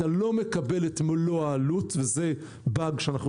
אתה לא מקבל את מלוא העלות וזה באג שאנחנו